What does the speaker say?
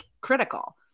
critical